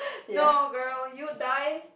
no girl you die